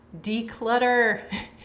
declutter